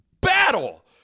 battle